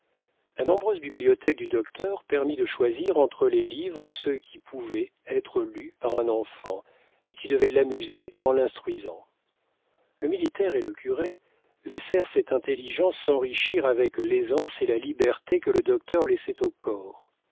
la nombreuse bibliothèque du docteur permit de choisir entre les livres ceux qui pouvaient être lus par un enfant et qui devaient l'amuser en l'instruisant le militaire et le curé laissaient cette intelligence s'enrichir avec l'aisance et la liberté que le docteur laissait au corps